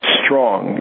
strong